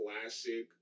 classic